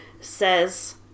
says